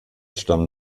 stammen